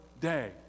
day